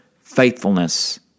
faithfulness